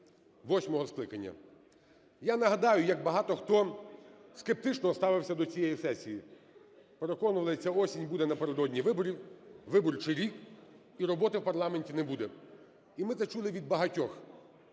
восьмого скликання. Я нагадаю, як багато хто скептично ставився до цієї сесії, переконували: "Ця осінь буде напередодні виборів, виборчий рік і роботи в парламенті не буде". І ми це чули від багатьох.